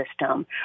system